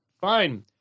Fine